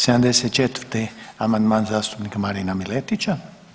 74. amandman zastupnika Marina Miletića.